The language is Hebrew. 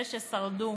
אלה ששרדו